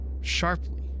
sharply